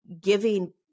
giving